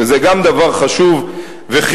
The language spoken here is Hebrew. וזה גם דבר חשוב וחיובי,